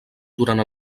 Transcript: durant